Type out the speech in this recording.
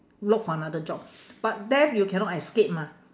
look for another job but death you cannot escape mah